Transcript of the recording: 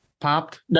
popped